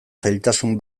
zailtasun